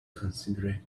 considerate